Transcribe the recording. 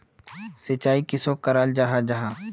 सिंचाई किसोक कराल जाहा जाहा?